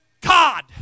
God